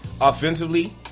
offensively